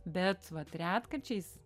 bet vat retkarčiais